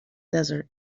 desert